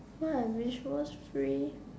what I wish was free